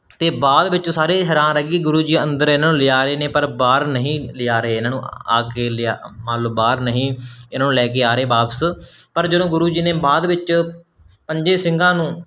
ਅਤੇ ਬਾਅਦ ਵਿੱਚ ਸਾਰੇ ਹੈਰਾਨ ਰਹਿ ਗਏ ਕਿ ਗੁਰੂ ਜੀ ਅੰਦਰ ਇਨ੍ਹਾਂ ਨੂੰ ਲਿਜਾ ਰਹੇ ਨੇ ਪਰ ਬਾਹਰ ਨਹੀਂ ਲਿਆ ਰਹੇ ਇਨ੍ਹਾਂ ਨੂੰ ਆ ਕੇ ਲਿਆ ਮਤਲਬ ਬਾਹਰ ਨਹੀਂ ਇਨ੍ਹਾਂ ਨੂੰ ਆ ਰਹੇ ਵਾਪਸ ਪਰ ਜਦੋਂ ਗੁਰੂ ਜੀ ਨੇ ਬਾਅਦ ਵਿੱਚ ਪੰਜ ਸਿੰਘਾਂ ਨੂੰ